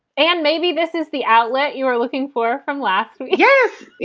and maybe this is the outlet you are looking for. from last. yes.